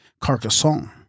Carcassonne